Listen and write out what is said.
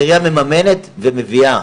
העיריה מממנת ומביאה.